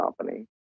company